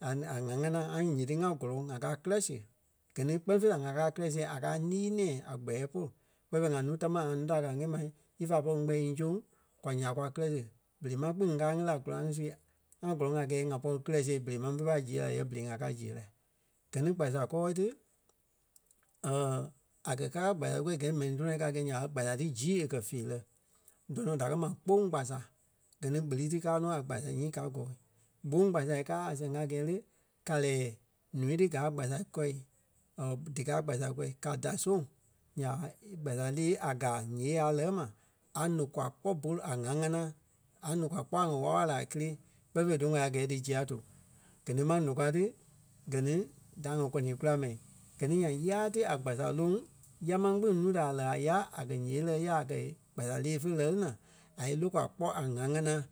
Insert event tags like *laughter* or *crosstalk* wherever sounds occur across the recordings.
a- a- ŋ̀á-ŋanaa ŋa nyiti ŋa gɔlɔŋ ŋa kàa kirɛ siɣe. Gɛ ni kpɛɛ fêi la ŋa kàa kirɛ siɣe a káa nii-nɛ̃ɛ a kpɛɛ polu. Kpɛɛ fêi ŋa núu tamaa ŋa núu da kaa ńyɛɛ mai ífa pɔri ŋ́gbɛ̂i í ńzoŋ kwa ya kwa kirɛ. Berei ma kpîŋ ŋ́gaa ŋí la koraŋ ŋí su ŋá gɔlɔŋ a gɛɛ ŋa pɔri kirɛ siɣe berei máŋ ḿve pai ziɣe la yɛ berei ŋá kàa ziɣe la. Gɛ ni kpasa kɔɔ ti *hesitation* a kɛ̀ káa kpasa kɔ́ gɛi mɛni tɔnɔ ka gɛi nya ɓa, kpasa ti zii e kɛ̀ feerɛi. Dɔnɔ da kɛ̀ ma kpôŋ kpasa gɛ ni kpeli ti kàa nɔ a kpasa nyii ka gɔ́. Gbôŋ gbasa káa a sɛŋ a gɛɛ lé, ka lɛ́ɛ ǹúu ti gaa gbasa kɔ̂i *hesitation* díkaa kpasa kɔ. Ka da soŋ ya kpasa lée a gaa ǹyee a lɛɣɛ ma a nòkwa kpɔ́ bôlu a ŋ̀á-ŋanaa. A nòkwa kpɔ́ a ŋɔ wála-wala kélee kpɛɛ fêi dífe wɛli a gɛɛ dí zîa tòo. Gɛ ni ímaŋ nòkwa ti gɛ ni da ŋa kɔni kula mɛi. Gɛ ni nyan yaa ti a gbasa loŋ ya máŋ kpîŋ núu da a lɛɣɛ a ya a kɛ̀ yée lɛɣɛ̂i ya a kɛ̀ kpasa lée fe lɛɣɛ ti naa a í lókwa kpɔ́ a ŋ̀á-ŋanaa.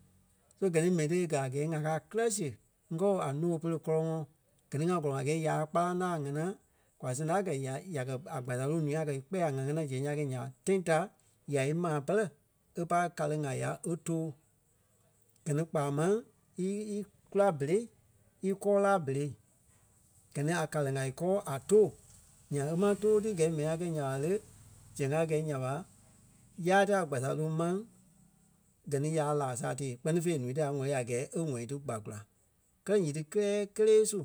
So gɛ ni mɛni ti a gɛ̀ a gɛɛ ŋa kàa kirɛ siɣe ŋ́gɔɔ a ńoo pere kɔlɔŋɔɔ. Gɛ ni ŋá gɔlɔŋ a gɛɛ ya kpálaŋ ńa a ŋánaa kwa sɛŋ da kɛ ya- ya kɛ- a kpasa loŋ ǹúu a kɛ̀ í kpɛ̂ a ŋ̀á-ŋanaa zɛŋ ya kɛi nya ɓa tãi ta ya ímaa pɛlɛ e pai karêŋ a ya e tóo. Gɛ ni kpaa máŋ í- í- kula bére íkɔɔ laa bere. Gɛ ni a karêŋ a íkɔɔ a tóo nyaŋ e máŋ too ti gɛ ni mɛni a kɛi nya ɓa lé, zɛŋ a gɛi nya ɓa yáai ti a gbasa loŋ maŋ gɛ ni ya laa-saa tee kpɛ́ni fêi ǹúu ti a wɛli a gɛɛ é ŋɔ̀ ti gba gula. Kɛ́lɛ nyiti kɛɛ kélee su